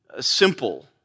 simple